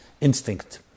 instinct